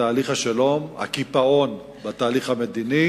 בתהליך השלום, הקיפאון בתהליך המדיני,